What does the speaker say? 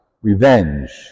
Revenge